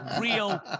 Real